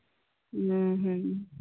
ᱦᱮᱸ ᱦᱮᱸ